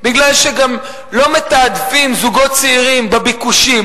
כי גם לא מתעדפים זוגות צעירים בביקושים,